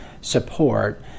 support